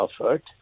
effort